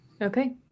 Okay